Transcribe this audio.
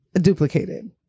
duplicated